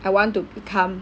I want to become